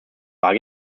war